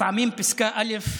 לפעמים פסקה א'